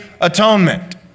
atonement